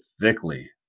thickly